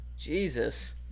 jesus